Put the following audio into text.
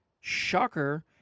shocker